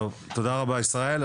תודה רבה, ישראל.